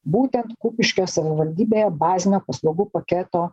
būtent kupiškio savivaldybėje bazinio paslaugų paketo